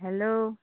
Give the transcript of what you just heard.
hello